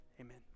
amen